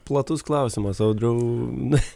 platus klausimas audriau na